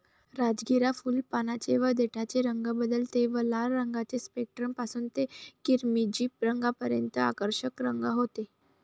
राजगिरा फुल, पानांचे व देठाचे रंग बदलते व लाल रंगाचे स्पेक्ट्रम पासून ते किरमिजी रंगापर्यंत आकर्षक रंग होते